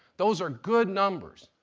those are good numbers.